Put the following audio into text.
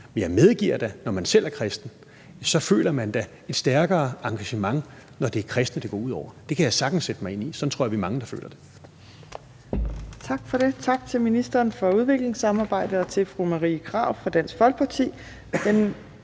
Men jeg medgiver da, at når man selv er kristen, føler man et stærkere engagement, når det er kristne, det går ud over. Det kan jeg sagtens sætte mig ind i – sådan tror jeg vi er mange der føler det. Kl. 15:40 Fjerde næstformand (Trine Torp): Tak til ministeren for udviklingssamarbejde og til fru Marie Krarup fra Dansk Folkeparti.